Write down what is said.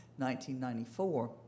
1994